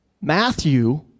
Matthew